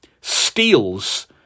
steals